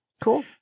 Cool